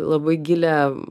labai gilią